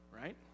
right